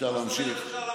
מה זאת אומרת אפשר להמשיך?